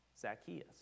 Zacchaeus